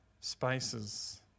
spaces